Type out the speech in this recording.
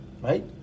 right